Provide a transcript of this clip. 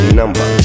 number